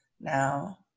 now